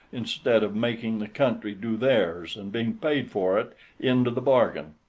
instead of making the country do theirs and being paid for it into the bargain.